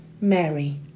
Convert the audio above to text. Mary